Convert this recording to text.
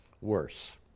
worse